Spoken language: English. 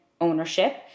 ownership